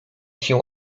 się